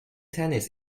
tennis